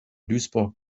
duisburg